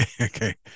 Okay